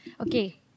Okay